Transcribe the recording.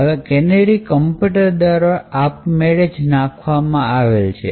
હવે કેનેરી કમ્પ્યુટર દ્વારા આપમેળે જ નાખવામાં આવે છે